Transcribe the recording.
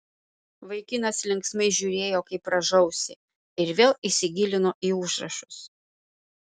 vaikinas linksmai žiūrėjo kaip rąžausi ir vėl įsigilino į užrašus